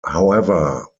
however